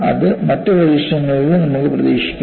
അത് മറ്റ് പരീക്ഷണങ്ങളിലും നമുക്ക് പ്രതീക്ഷിക്കാം